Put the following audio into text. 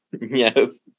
yes